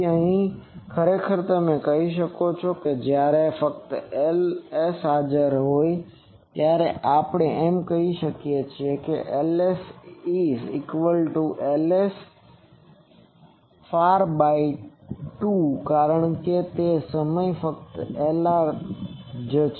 તેથી અને ખરેખર તમે કહી શકો છો કે જ્યારે ફક્ત Ls હાજર હોય છે ત્યારે આપણે એમ કહી શકીએ કે Ls is equal to Lr far by 2 કારણ કે તે સમય ફક્ત Lr જ છે